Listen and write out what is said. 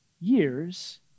years